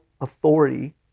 authority